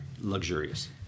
luxurious